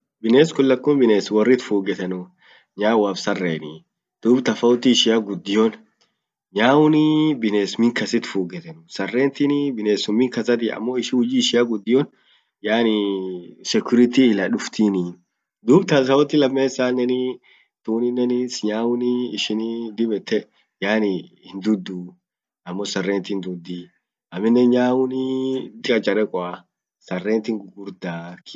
Bines kun lakun bines worrit fugetanu. nyauaf sarenii. duub tofauti ishian gudion nyaunii bines min kasit fugetanu sarentin binesum min kasati amo ishi huji ishia gudion. yani security ila duftini. dub ta sauti lamesaneni nyauni ishini dib yette yani hindutuu amo sarent hindutii. aminen nyaunii chacharekoa. sarentin gugurda kimo ishia tinen dub akan tofauti ishia.